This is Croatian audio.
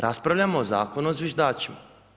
Raspravljamo o Zakonu o zviždačima.